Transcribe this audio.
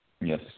Yes